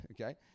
okay